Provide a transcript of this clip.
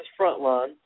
Frontline